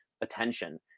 attention